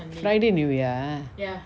friday new year ah